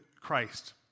Christ